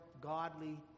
godly